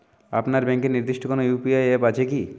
আপনার ব্যাংকের নির্দিষ্ট কোনো ইউ.পি.আই অ্যাপ আছে আছে কি?